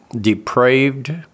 depraved